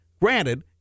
Granted